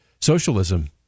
socialism